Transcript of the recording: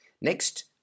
Next